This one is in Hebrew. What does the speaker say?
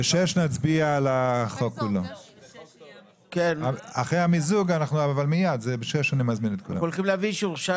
אתה כיושב-ראש ועדת העבודה מביא במהירות שיא